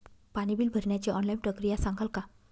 पाणी बिल भरण्याची ऑनलाईन प्रक्रिया सांगाल का?